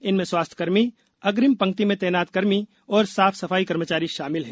इनमें स्वास्थ्यकर्मी अग्रिम पंक्ति में तैनात कर्मी और साफ सफाई कर्मचारी शामिल हैं